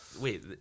Wait